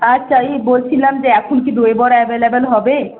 আচ্ছা এই বলছিলাম যে এখন কি দই বড়া অ্যাভেলেবেল হবে